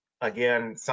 Again